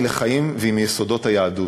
היא לחיים והיא מיסודות היהדות.